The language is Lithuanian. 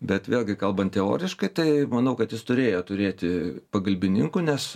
bet vėlgi kalbant teoriškai tai manau kad jis turėjo turėti pagalbininkų nes